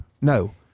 no